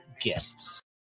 guests